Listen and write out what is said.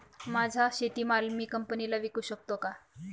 माझा शेतीमाल मी कंपनीला विकू शकतो का?